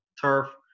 turf